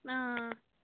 اۭں